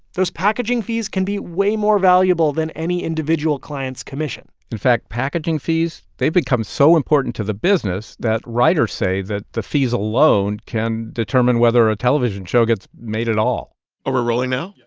those packaging fees can be way more valuable than any individual client's commission in fact, packaging fees they've become so important to the business that writers say that the fees alone can determine whether a television show gets made at all oh, we're rolling now. yeah